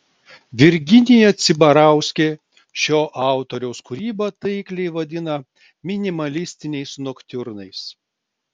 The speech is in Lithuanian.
virginija cibarauskė šio autoriaus kūrybą taikliai vadina minimalistiniais noktiurnais